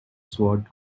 sword